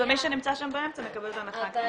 ומי שנמצא שם באמצע מקבל את ההנחה הקטנה.